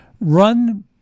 run